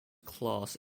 class